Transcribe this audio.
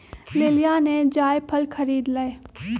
लिलीया ने जायफल खरीद लय